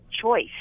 choice